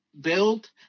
build